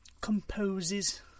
composes